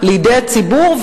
לידי הציבור,